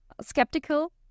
skeptical